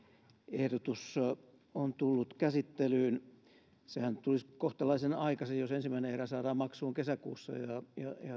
ehdotus on tullut käsittelyyn sehän tulisi kohtalaisen aikaisin jos ensimmäinen erä saadaan maksuun kesäkuussa ja